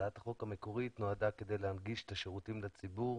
המקורית נועדה כדי להנגיש את השירותים לציבור